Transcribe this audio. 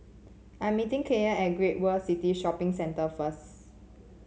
I am meeting Kylan at Great World City Shopping Centre first